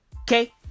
Okay